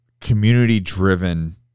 community-driven